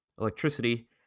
electricity